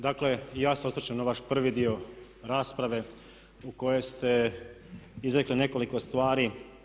Dakle, ja se osvrćem na vaš prvi dio rasprave u kojoj ste izrekli nekoliko stvari.